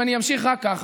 אם אני אמשיך רק ככה,